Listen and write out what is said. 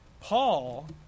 Paul